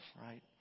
right